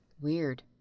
weird